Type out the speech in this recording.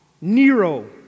Nero